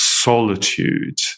solitude